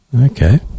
Okay